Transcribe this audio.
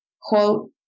Quote